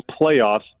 playoffs